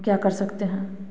क्या कर सकते हैं